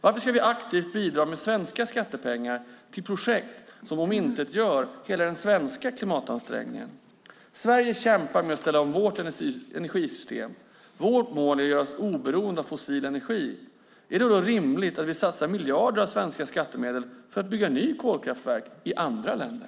Varför ska vi aktivt bidra med svenska skattepengar till projekt som omintetgör hela den svenska klimatansträngningen? I Sverige kämpar vi med att ställa om vårt energisystem. Vårt mål är att göra oss oberoende av fossil energi. Är det då rimligt att vi satsar miljarder av svenska skattemedel för att bygga nya kolkraftverk i andra länder?